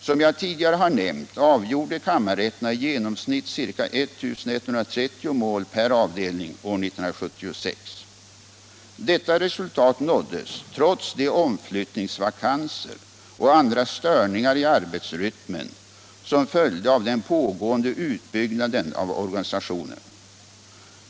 Som jag tidigare har nämnt avgjorde kammarrätterna i genomsnitt ca 1130 mål per avdelning år 1976. Detta resultat nåddes trots de omflyttningsvakanser och andra störningar i arbetsrytmen som följde av den pågående utbyggnaden av organisationen.